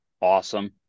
Awesome